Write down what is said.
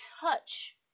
touch